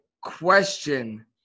question